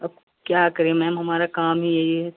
अब क्या करें मैम हमारा काम ही यही है